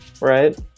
right